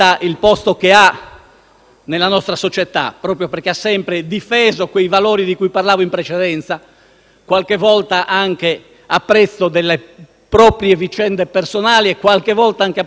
nella nostra società, proprio perché ha sempre difeso quei valori di cui parlavo in precedenza, qualche volta anche a prezzo delle proprie vicende personali e qualche volta anche a prezzo della propria vita.